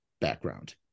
background